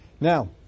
Now